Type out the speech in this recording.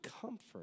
comfort